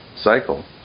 cycle